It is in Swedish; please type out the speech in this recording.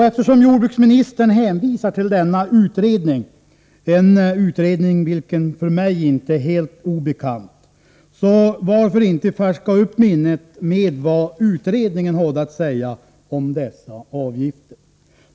Eftersom jordbruksministern hänvisar till denna utredning — vilken inte är helt obekant för mig — kan vi färska upp minnet med vad utredningen hade att säga om dessa avgifter.